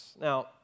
Now